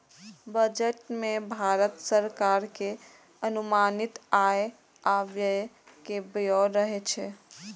budget मे भारत सरकार के अनुमानित आय आ व्यय के ब्यौरा रहै छै